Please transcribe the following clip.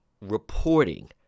reporting